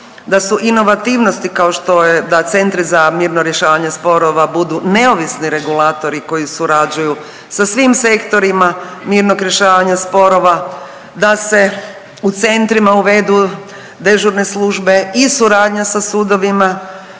da su inovativnosti kao što je, da Centri za mirno rješavanje sporova budu neovisni regulatori koji surađuju sa svim sektorima mirnog rješavanja sporova, da se u centrima uvedu dežurne službe i suradnja sa sudovima,